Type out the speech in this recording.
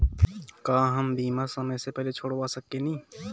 का हम बीमा समय से पहले छोड़वा सकेनी?